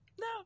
No